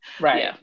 right